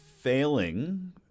failing